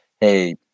hey